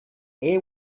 air